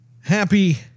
Happy